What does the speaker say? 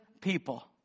people